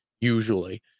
usually